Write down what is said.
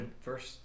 first